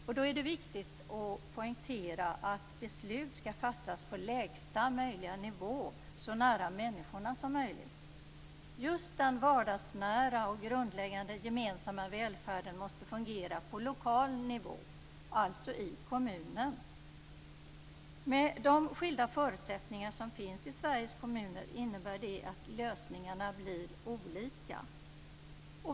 Det är viktigt att poängtera att beslut skall fattas på lägsta möjliga nivå, så nära människorna som möjligt. Just den vardagsnära och grundläggande gemensamma välfärden måste fungera på lokal nivå, dvs. i kommunen. Med de skilda förutsättningar som finns i Sveriges kommuner innebär det att lösningarna blir olika.